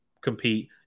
compete